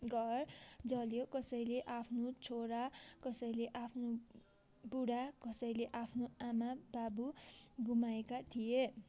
घर जल्यो कसैले आफ्नो छोरा कसैले आफ्नो बुढा कसैले आफ्नो आमा बाबु गुमाएका थिए